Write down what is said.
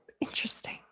Interesting